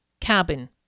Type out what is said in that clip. cabin